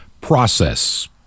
process